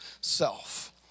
self